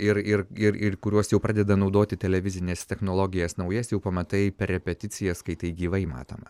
ir kuriuos jau pradeda naudoti televizines technologijas naujas jau pamatai per repeticijas kai tai gyvai matome